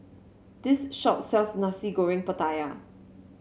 this shop sells Nasi Goreng Pattaya